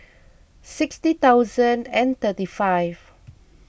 sixty thousand thirty five